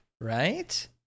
right